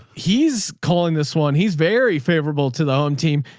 he's calling this one. he's very favorable to the home team,